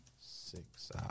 Six